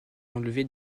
enlevée